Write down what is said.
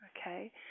okay